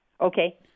Okay